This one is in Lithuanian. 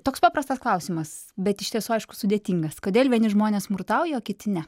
toks paprastas klausimas bet iš tiesų aišku sudėtingas kodėl vieni žmonės smurtauja o kiti ne